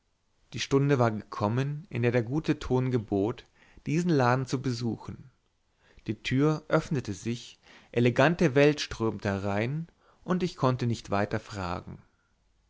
die stunde war gekommen in der der gute ton gebot diesen laden zu besuchen die tür öffnete sich elegante welt strömte hinein und ich konnte nicht weiter fragen